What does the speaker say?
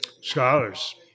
scholars